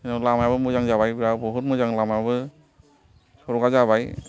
लामायाबो मोजां जाबायब्रा बहुद मोजां लामायाबो सर'का जाबाय